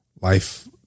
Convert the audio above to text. life